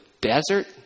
desert